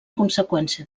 conseqüència